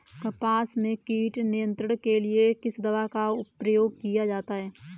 कपास में कीट नियंत्रण के लिए किस दवा का प्रयोग किया जाता है?